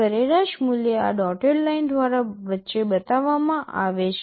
સરેરાશ મૂલ્ય આ ડોટેડ લાઇન દ્વારા વચ્ચે બતાવવામાં આવે છે